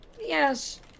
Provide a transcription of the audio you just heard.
Yes